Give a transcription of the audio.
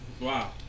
Wow